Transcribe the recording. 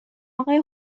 آقای